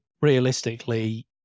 realistically